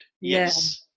Yes